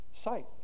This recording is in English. Sight